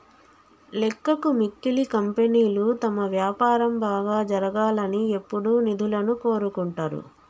లెక్కకు మిక్కిలి కంపెనీలు తమ వ్యాపారం బాగా జరగాలని ఎప్పుడూ నిధులను కోరుకుంటరు